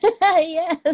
Yes